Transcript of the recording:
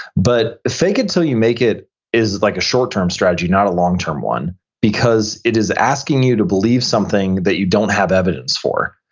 but fake it until you make it is like a short term strategy, not a long term one because it is asking you to believe something that you don't have evidence for.